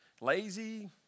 Lazy